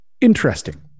interesting